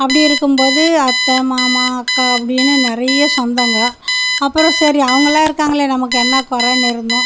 அப்படி இருக்கும்போது அத்தை மாமா அக்கா அப்படின்னு நிறைய சொந்தங்க அப்புறம் சரி அவுங்கலாம் இருக்காங்களே நமக்கு என்ன குறன்னு இருந்தோம்